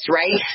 right